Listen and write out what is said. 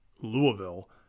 Louisville